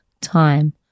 time